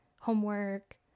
homework